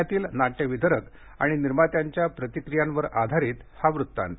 पुण्यातील नाट्यवितरक आणि निर्मात्यांच्या प्रतिक्रीयांवर आधारित हा वृत्तांत